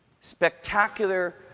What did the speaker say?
Spectacular